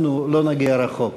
אנחנו לא נגיע רחוק.